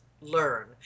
learn